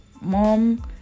mom